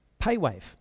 PayWave